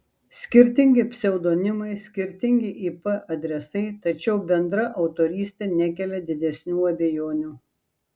skirtingi pseudonimai skirtingi ip adresai tačiau bendra autorystė nekelia didesnių abejonių